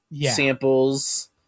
samples